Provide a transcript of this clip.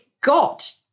got